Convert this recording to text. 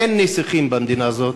אין נסיכים במדינה הזאת,